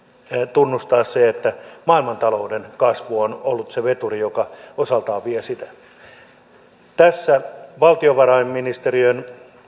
tunnustaa se että maailmantalouden kasvu on ollut se veturi joka osaltaan vie sitä olisin kyllä toivonut että tässä valtiovarainministeriön